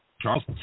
Charles